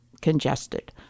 congested